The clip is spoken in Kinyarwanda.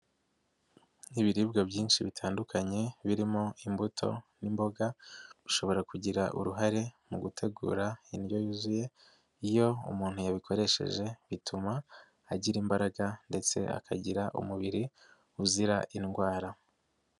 Ibiribwa byinshi bitandukanye, birimo imbuto n'imboga, ushobora kugira uruhare mu gutegura indyo yuzuye, iyo umuntu yabikoresheje bituma agira imbaraga ndetse akagira umubiri uzira indwara.